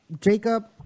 Jacob